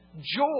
joy